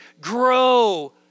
grow